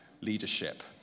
leadership